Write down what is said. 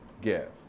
give